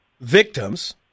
victims